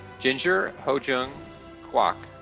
ginger hojung kwak,